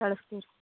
ಕಳ್ಸ್ತೀವಿ ರೀ